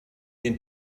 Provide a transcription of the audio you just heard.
den